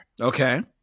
Okay